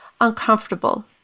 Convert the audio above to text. uncomfortable